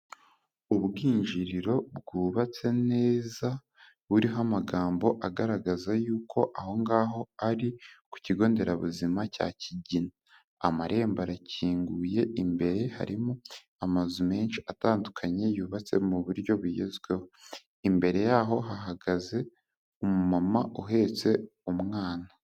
Ubwinjiriro bwubatse neza buriho amagambo agaragaza yuko aho ngaho ari ku kigo nderabuzima cya Kigina. Amarembo arakinguye, imbere harimo amazu menshi atandukanye yubatse mu buryo bugezweho. Imbere yaho hahagaze umumama uhetse umwana.